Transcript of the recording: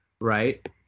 right